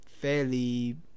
fairly